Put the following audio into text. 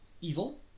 evil